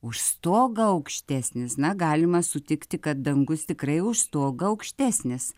už stogą aukštesnis na galima sutikti kad dangus tikrai už stogą aukštesnis